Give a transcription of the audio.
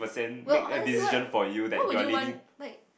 well honestly what what would you want like